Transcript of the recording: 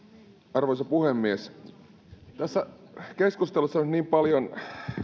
arvoisa puhemies tässä keskustelussa on nyt niin paljon